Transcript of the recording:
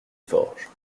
forges